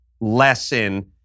lesson